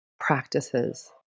Practices